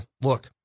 Look